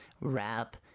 rap